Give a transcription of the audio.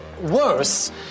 worse